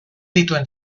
dituen